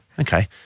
Okay